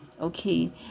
okay